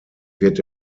wird